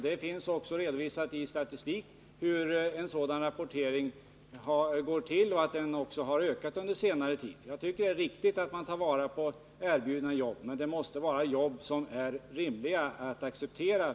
Statistiken visar också hur sådan rapportering sker och att den ökat under senare tid. Jag tycker att det är riktigt att man tar vara på erbjudna jobb, men det måste vara jobb som är rimliga för den sökande att acceptera.